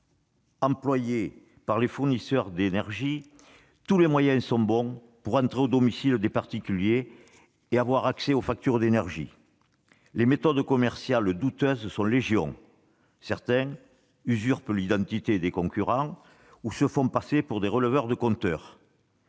employés par les fournisseurs d'énergie, tous les moyens sont bons pour entrer au domicile des particuliers et avoir accès à leurs factures d'énergie. Les méthodes commerciales douteuses sont légion : certains usurpent l'identité de concurrents, ou se font passer pour des releveurs de compteurs.